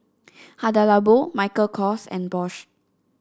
Hada Labo Michael Kors and Bosch